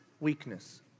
weakness